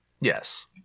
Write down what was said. Yes